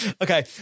Okay